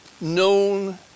known